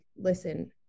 listen